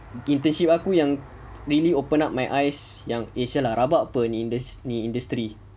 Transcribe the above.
internship aku yang really opened up my eyes yang eh !siala! rabak ah industry